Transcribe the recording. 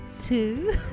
two